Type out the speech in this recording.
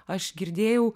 aš girdėjau